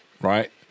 right